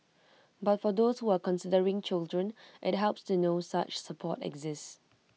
but for those who are considering children IT helps to know such support exists